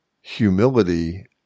humility